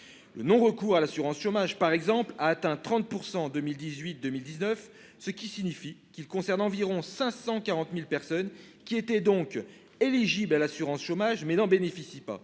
Le non-recours à l'assurance chômage, par exemple, a atteint 30 % en 2018-2019, ce qui signifie qu'environ 540 000 personnes éligibles à l'assurance chômage n'en bénéficiaient pas.